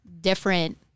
different